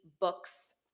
books